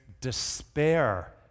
despair